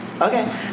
Okay